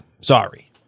Sorry